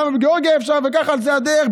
בגיאורגיה אפשר?" ככה, על זו הדרך.